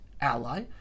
ally